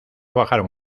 bajaron